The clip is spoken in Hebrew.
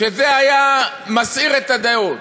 וזה היה מסעיר את הדעות,